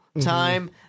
time